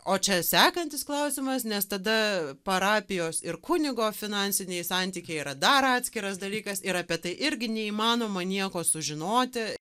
o čia sekantis klausimas nes tada parapijos ir kunigo finansiniai santykiai yra dar atskiras dalykas ir apie tai irgi neįmanoma nieko sužinoti